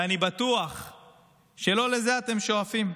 ואני בטוח שלא לזה אתם שואפים.